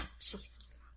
Jesus